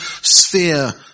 sphere